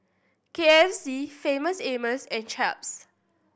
K F C Famous Amos and Chaps